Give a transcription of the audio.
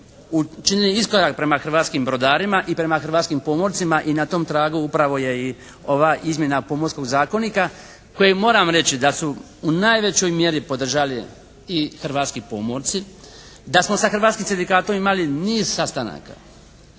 učinili iskorak prema hrvatskim brodarima i prema hrvatskim pomorcima i na tom tragu upravo je i ova izmjena pomorskog zakonika koje moram reći da su u najvećoj mjeri podržali i hrvatski pomorci, da smo sa hrvatskim sindikatom imali niz sastanaka